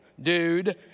dude